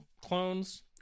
clones